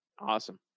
Awesome